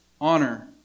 honor